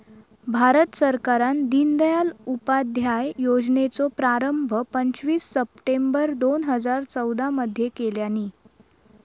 भारत सरकारान दिनदयाल उपाध्याय योजनेचो प्रारंभ पंचवीस सप्टेंबर दोन हजार चौदा मध्ये केल्यानी